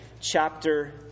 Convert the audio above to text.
chapter